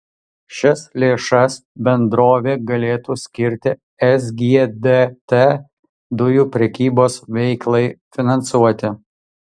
šias lėšas bendrovė galėtų skirti sgdt dujų prekybos veiklai finansuoti